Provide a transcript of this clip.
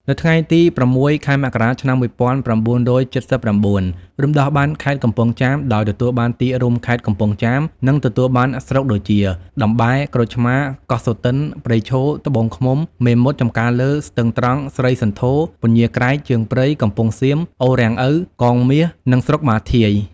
នៅថ្ងៃទី ០៦ ខែមករា ឆ្នាំ ១៩៧៩ រំដោះបានខេត្តកំពង់ចាម ដោយទទួលបានទីរួមខេត្ត កំពង់ចាម និងទទួលបានស្រុកដូចជា តំបែរ ក្រូចឆ្មា កោះសូទិន ព្រៃឈរ ត្បូងឃ្មុំ មេមត់ ចំការលើ ស្ទឹងត្រង់ ស្រីសន្ធរ ពញាក្រែក ជើងព្រៃ កំពង់សៀម អូរាំងឪ កងមាស និងស្រុកបាធាយ។